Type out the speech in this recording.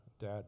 dad